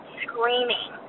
screaming